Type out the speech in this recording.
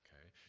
okay